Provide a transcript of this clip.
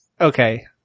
Okay